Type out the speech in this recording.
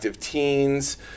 teens